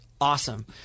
awesome